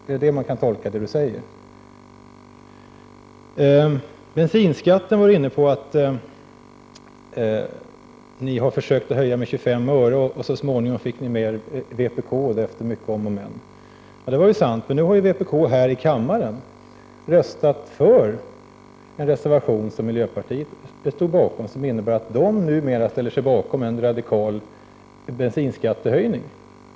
Om minskat utsläpp av I fråga om bensinskatten var Birgitta Dahl inne på att ni har försökt höja kväveoxider från vägmd 25 öre, och så småningom fick ni med er vpk, efter mycket om och men. trafiken Ja, det var sant. Men nu har ju vpk här i kammaren röstat för en reservation som miljöpartiet stod bakom. Det innebär att vpk numera står bakom en radikal bensinskattehöjning.